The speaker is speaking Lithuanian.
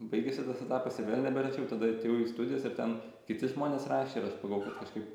baigėsi tas etapas ir vėl neberašiau tada atėjau į studijas ir ten kiti žmonės rašė ir aš pagalvojau kad kažkaip